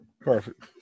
Perfect